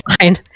fine